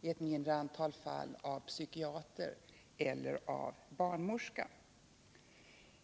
i ett mindre antal fall av psykiater eller barnmorska.